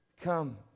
come